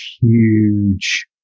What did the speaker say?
huge